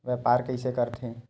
व्यापार कइसे करथे?